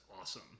awesome